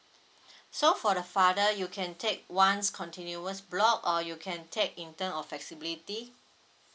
so for the father you can take once continuous block or you can take in term of flexibility